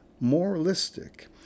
moralistic